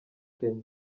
kenya